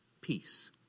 peace